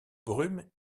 brume